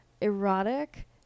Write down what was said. erotic